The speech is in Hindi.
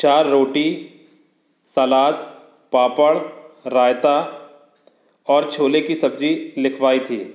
चार रोटी सलाद पापड़ रायता और छोले की सब्ज़ी लिखवाई थी